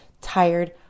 tired